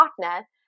partner